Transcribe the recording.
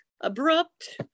abrupt